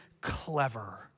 clever